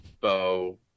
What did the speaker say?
bow